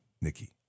Nikki